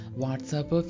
WhatsApp